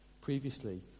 Previously